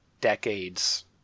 decades